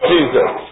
Jesus